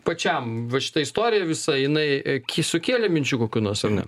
pačiam va šita istorija visa jinai kys sukėlė minčių kokių nors ar ne